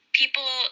people